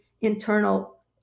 internal